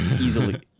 easily